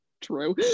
true